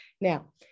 now